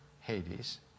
Hades